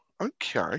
okay